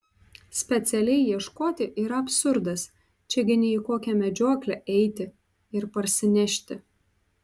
specialiai ieškoti yra absurdas čia gi ne į kokią medžioklę eiti ir parsinešti